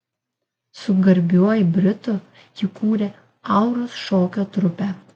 su garbiuoju britu jį kūrė auros šokio trupę